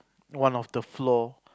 one of the floor